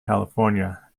california